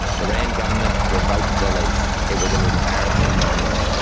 the wran government revoked the lease. it was an embarrassing moment.